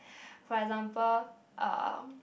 for example um